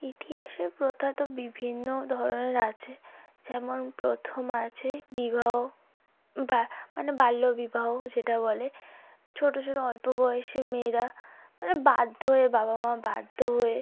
ইতিহাসের প্রথা তো বিভিন্ন ধরনের আছে যেমন প্রথম আছে বিবাহ বা মানে বাল্য বিবাহ যেটা বলে ছোটো ছোটো অল্পবয়সী মেয়েরা মানে বাধ্য হয়ে বাবা মা বাধ্য হয়ে